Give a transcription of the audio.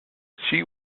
she